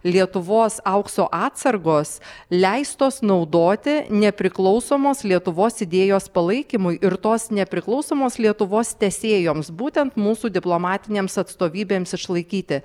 lietuvos aukso atsargos leistos naudoti nepriklausomos lietuvos idėjos palaikymui ir tos nepriklausomos lietuvos tęsėjoms būtent mūsų diplomatinėms atstovybėms išlaikyti